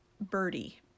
Birdie